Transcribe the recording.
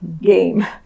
game